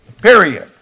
period